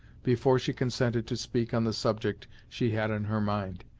before she consented to speak on the subject she had on her mind.